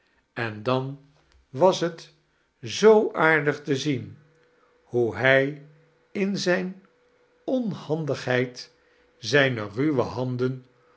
en dan was het zoo aardig te zien hoe hij in zijne onhancharles dickens digheid zijne ruwe handen